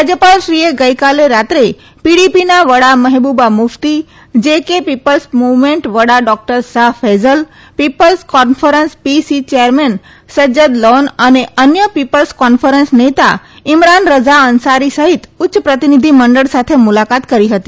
રાજયપાલશ્રીએ ગઈ રાત્રે પીડીપીના વડા મહેબુબા મુફતી જે કે પીપલ્સ મુવમેન્ટ વડા doctor Shah Faesal people's conference P C chairman Sajjad Lone અને અન્ય પીપલ્સ કોન્ફરન્સ નેતા ઈમરાન રઝા અન્સારી સહિત ઉચ્ય પ્રતિનિધિ મંડળ સાથે મુલાકાત કરી હતી